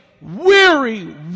weary